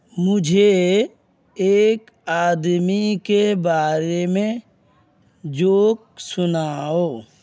مجھے ایک آدمی کے بارے میں جوک سناؤ